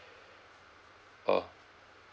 oh